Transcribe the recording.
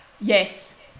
yes